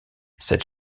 cette